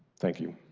think you.